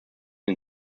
den